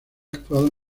actuado